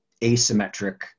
asymmetric